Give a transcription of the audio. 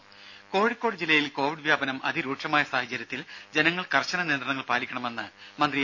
രും കോഴിക്കോട് ജില്ലയിൽ കോവിഡ് വ്യാപനം അതിരൂക്ഷമായ സാഹചര്യത്തിൽ ജനങ്ങൾ കർശന നിയന്ത്രണങ്ങൾ പാലിക്കണമെന്ന് മന്ത്രി എ